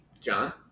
John